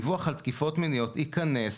יהיה שדיווח על תקיפות מיניות ייכנס